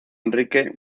enrique